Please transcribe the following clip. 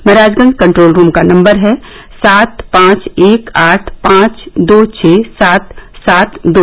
Maharajganj control room का number है सात पांच एक आठ पांच दो छः सात सात दो